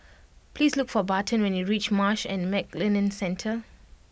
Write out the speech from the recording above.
please look for Barton when you reach Marsh and McLennan Centre